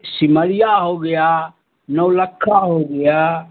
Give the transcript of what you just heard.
सिमरिया हो गया नौ लक्खा हो गया